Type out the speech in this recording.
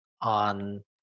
on